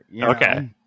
okay